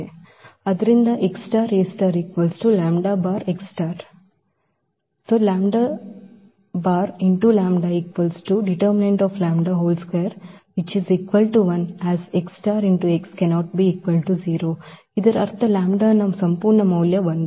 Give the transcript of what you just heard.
ಆದ್ದರಿಂದ as ಇದರ ಅರ್ಥ λ ನ ಸಂಪೂರ್ಣ ಮೌಲ್ಯ 1